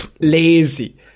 lazy